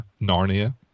Narnia